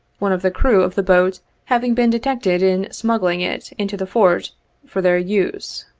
one of the crew of the boat having been detected in smuggling it into the fort for their use.